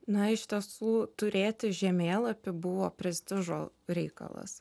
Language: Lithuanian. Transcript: na iš tiesų turėti žemėlapį buvo prestižo reikalas